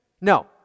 No